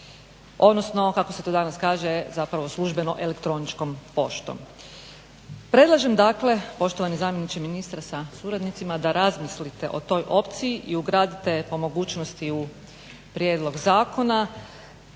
odnosno kako se to danas kaže zapravo službeno elektroničkom poštom. Predlažem, dakle poštovani zamjeniče ministra sa suradnicima da razmislite o toj opciji i ugradite po mogućnosti u prijedlog zakona